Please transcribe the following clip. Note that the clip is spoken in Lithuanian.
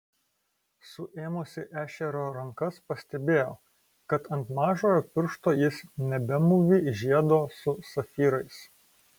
suėmusi ešerio rankas pastebėjo kad ant mažojo piršto jis nebemūvi žiedo su safyrais